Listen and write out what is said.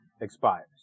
expires